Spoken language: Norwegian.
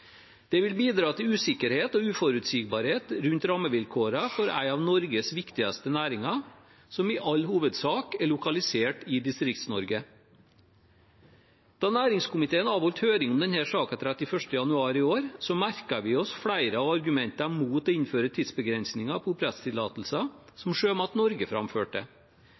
Det vil bidra til usikkerhet og uforutsigbarhet rundt rammevilkårene for en av Norges viktigste næringer, som i all hovedsak er lokalisert i Distrikts-Norge. Da næringskomiteen avholdt høring om denne saken den 31. januar i år, merket vi oss flere av argumentene mot å innføre tidsbegrensninger på oppdrettstillatelser som Sjømat Norge framførte: